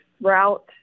route